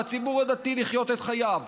לציבור הדתי לחיות את חייו.